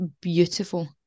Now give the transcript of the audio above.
beautiful